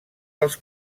als